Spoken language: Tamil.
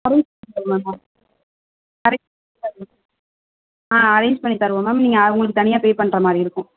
அரேஞ்ச் பண்ணித் தருவோம் மேம் நீங்கள் அவங்களுக்கு தனியா பே பண்ணுறமாரி இருக்கும்